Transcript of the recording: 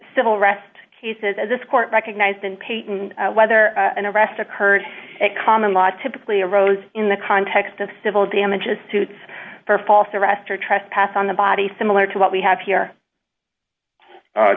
civil arrest cases as this court recognized and payton whether an arrest occurred a common law typically arose in the context of civil damages suit for false arrest or trespass on the body similar to what we have here